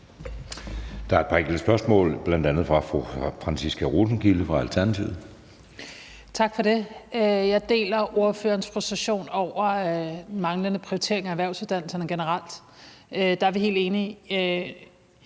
Der er et par enkelte spørgsmål, først fra fru Franciska Rosenkilde fra Alternativet. Kl. 19:38 Franciska Rosenkilde (ALT): Tak for det. Jeg deler ordførerens frustration over den manglende prioritering af erhvervsuddannelserne generelt. Der er vi helt enige.